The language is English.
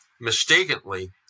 mistakenly